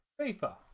FIFA